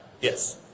Yes